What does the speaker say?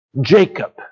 Jacob